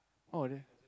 oh there